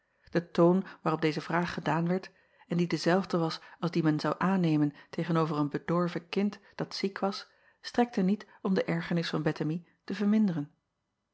e toon waarop deze vraag gedaan werd en die dezelfde was als dien men zou aannemen tegen-over een bedorven kind dat ziek was strekte niet om de ergernis van ettemie te verminderen